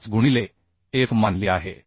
45 गुणिले F मानली आहे